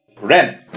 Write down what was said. Rent